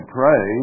pray